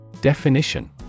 Definition